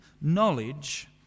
knowledge